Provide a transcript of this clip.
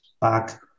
back